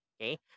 okay